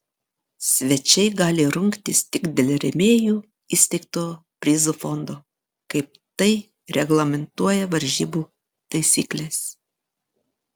svečiai gali rungtis tik dėl rėmėjų įsteigto prizų fondo kaip tai reglamentuoja varžybų taisyklės